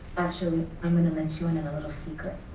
actually, i'm gonna let you and in a little secret.